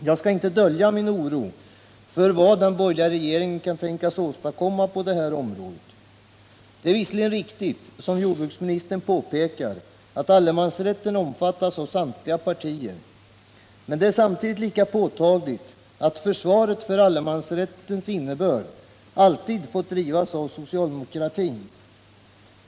Jag skall inte dölja min oro för vad den borgerliga regeringen kan tänkas åstadkomma på detta område. Det är visserligen riktigt som jordbruksministern påpekar att allemansrätten omfattas av samtliga partier. Men det är samtidigt lika påtagligt att försvaret för allemansrättens innebörd alltid fått drivas av socialdemokratin.